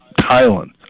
Thailand